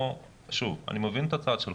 אני מבין את הצד שלך,